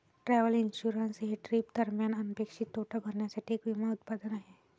travel insurance हे trip दरम्यान अनपेक्षित तोटा भरण्यासाठी एक विमा उत्पादन आहे